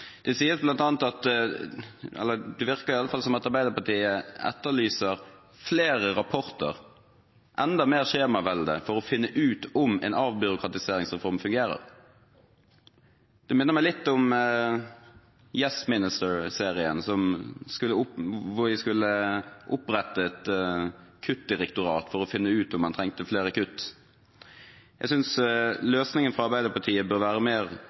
Det virker i alle fall som at Arbeiderpartiet etterlyser flere rapporter, enda mer skjemavelde, for å finne ut om en avbyråkratiseringsreform fungerer. Det minner meg litt om «Yes Minister»-serien, hvor de skulle opprette et kuttdirektorat for å finne ut om man trengte flere kutt. Jeg synes innstillingen til Arbeiderpartiet bør være mer